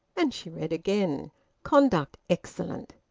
and she read again conduct excellent.